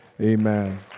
Amen